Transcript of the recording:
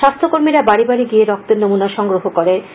স্বাস্থ্য কর্মীরা বাড়ী বাড়ী গিয়ে রক্তের নমুনা সংগ্রহ করেল